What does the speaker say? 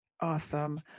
Awesome